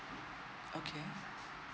okay